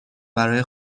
برای